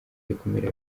rikumira